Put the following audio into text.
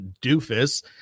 doofus